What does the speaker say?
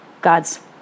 God's